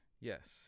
yes